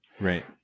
Right